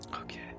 Okay